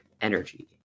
Energy